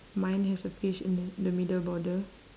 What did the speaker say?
mine has a fish in the in the middle border